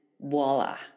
voila